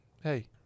hey